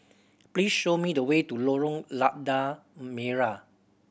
please show me the way to Lorong Lada Merah